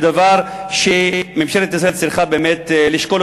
זה דבר שממשלת ישראל צריכה באמת לשקול